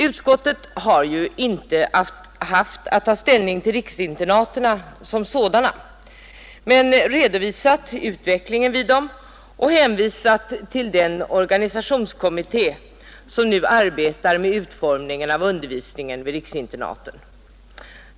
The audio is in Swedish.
Utskottet har ju inte haft att ta ställning till riksinternaten som sådana men har redovisat utvecklingen vid dem och hänvisat till den organisationskommitté som nu arbetar med utformningen av undervisningen vid riksinternaten.